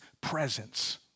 presence